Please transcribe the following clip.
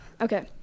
okay